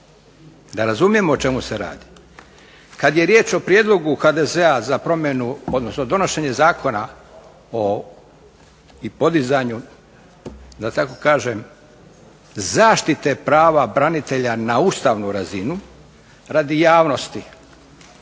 Razumijemo o čemu se radi. Kad je riječ o prijedlogu HDZ-a za promjenu odnosno donošenje zakona, i podizanju da tako kažem zaštite prava branitelja na ustavnu razinu radi javnosti